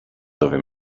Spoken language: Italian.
dove